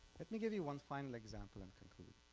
let me give you one final example and conclude.